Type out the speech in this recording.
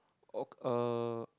oh uh